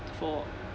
for